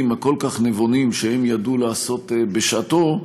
הכל כך נבונים שהם ידעו לעשות בשעתם,